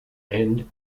and